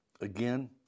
Again